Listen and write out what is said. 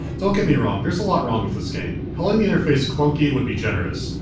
don't get me wrong there's a lot wrong with this game. calling the interface clunky would be generous.